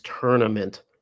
tournament